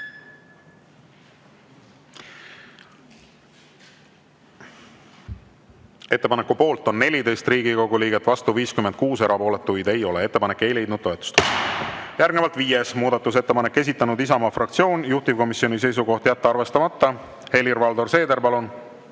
Ettepaneku poolt on 13 Riigikogu liiget, vastu 56, erapooletuid ei ole. Ettepanek ei leidnud toetust. Järgnevalt neljas muudatusettepanek, esitanud Isamaa fraktsioon, juhtivkomisjoni seisukoht: jätta arvestamata. Helir-Valdor Seeder, palun!